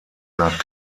nach